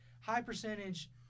high-percentage